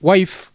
Wife